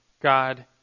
God